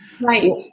Right